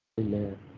Amen